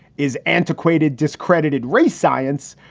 is antiquated, discredited race science.